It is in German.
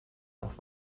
noch